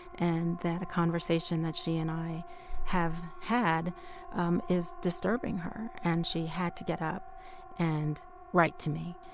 and that a conversation that she and i have had um is disturbing her and she had to get up and write to me.